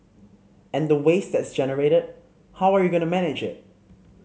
and the waste that's generated how are you going to manage it